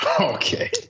Okay